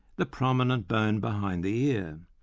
the prominent bone behind the ear,